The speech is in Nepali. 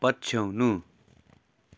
पछ्याउनु